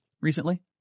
recently